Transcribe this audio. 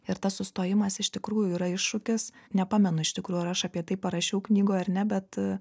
ir tas sustojimas iš tikrųjų yra iššūkis nepamenu iš tikrųjų ar aš apie tai parašiau knygoj ar ne bet